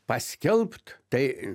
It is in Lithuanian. paskelbt tai